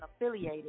affiliated